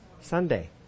Sunday